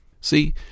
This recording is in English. see